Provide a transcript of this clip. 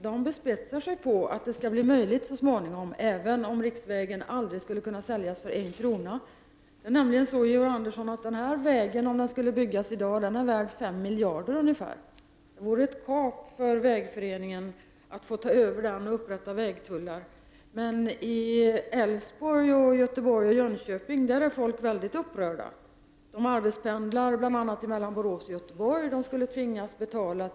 Man bespetsar sig på att det så småningom skall bli möjligt att köpa riksväg 40, även om den aldrig skulle säljas för en krona. Om denna väg skulle byggas i dag är den värd ca 5 miljarder kronor. Det vore ett kap för Vägföreningen att kunna ta över vägen och införa vägtullar. I Älvsborg, Göteborg och Norrköping är folk väldigt upprörda. Det är många som arbetspendlar mellan Borås och Göteborg och som skulle tvingas betala 50 kr.